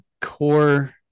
core